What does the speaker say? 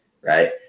right